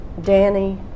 Danny